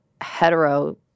hetero